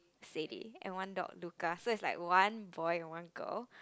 Sadie and one dog Luca so is like one boy one girl